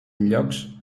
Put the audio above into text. llocs